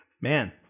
Man